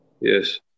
Yes